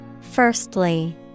firstly